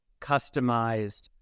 customized